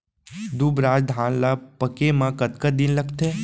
दुबराज धान ला पके मा कतका दिन लगथे?